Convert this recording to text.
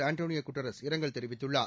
Antonio Guterres இரங்கல் தெரிவித்துள்ளார்